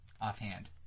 offhand